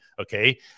okay